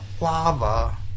Lava